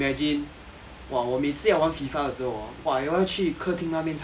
!wah! 我每次要玩 FIFA 的时候哦 !wah! 我要去客厅那边才玩你懂吗